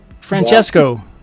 Francesco